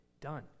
done